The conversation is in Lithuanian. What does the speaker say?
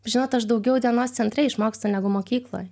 žinot aš daugiau dienos centre išmokstu negu mokykloj